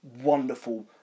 wonderful